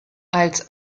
als